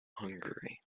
hungary